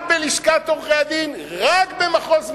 רק בלשכת עורכי-הדין, רק במחוז מרכז,